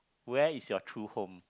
where is your true home